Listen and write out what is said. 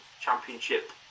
Championship